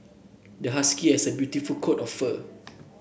the husky has a beautiful coat of fur